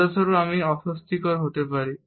উদাহরণস্বরূপ আমি অস্বস্তিকর হতে পারি